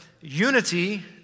unity